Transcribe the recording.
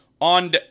on